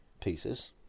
pieces